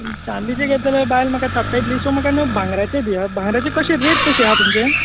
चांदिचें घेतलें जाल्यार बायल म्हाका थापटायतली सो म्हाका न्हू भांगराचे दी आं भांगराचें कशे रॅट कशी आहा तुमचें